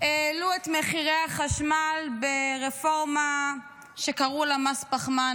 העלו את מחירי החשמל ברפורמה שקראו לה מס פחמן,